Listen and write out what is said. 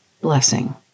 blessing